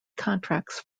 contracts